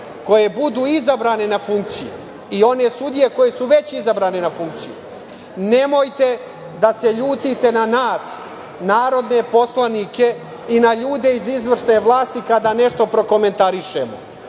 koje budu izabrane na funkciju i one sudije koje su već izabrane na funkciju, nemojte da se ljutite na nas, narodne poslanike i na ljude iz izvršne vlasti kada nešto prokomentarišemo.